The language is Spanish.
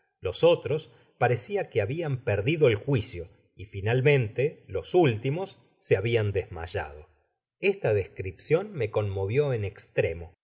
los otros parecia que habian perdido el juicio y finalmente los últimos se habian desmayado content from google book search generated at esta descripcion me conmovió en estremo